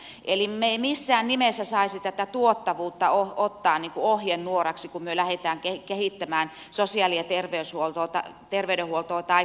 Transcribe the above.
eli me emme missään nimessä saisi tätä tuottavuutta ottaa ohjenuoraksi kun me lähdemme kehittämään sosiaali ja terveydenhuoltoa tai kotihoitoa